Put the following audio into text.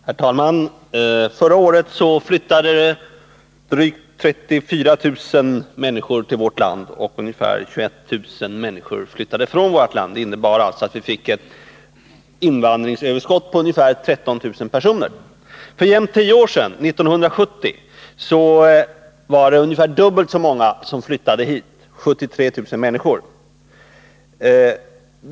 Herr talman! Förra året flyttade drygt 34 000 människor till vårt land, och ungefär 21 000 människor flyttade från vårt land. Det innebar alltså att vi fick ett invandringsöverskott på ca 13 000 personer. Tio år tidigare, år 1970, var det ungefär dubbelt så många som flyttade hit, 73 000 människor.